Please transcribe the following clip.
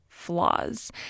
Flaws